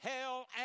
hell